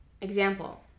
example